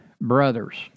brothers